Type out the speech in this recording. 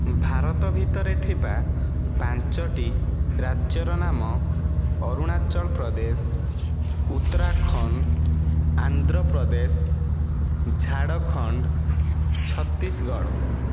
ଭାରତ ଭିତରେ ଥିବା ପାଞ୍ଚୋଟି ରାଜ୍ୟର ନାମ ଅରୁଣାଚଳପ୍ରଦେଶ ଉତ୍ତରାଖଣ୍ଡ ଆନ୍ଧ୍ରପ୍ରଦେଶ ଝାଡ଼ଖଣ୍ଡ ଛତିଶଗଡ଼